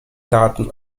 daten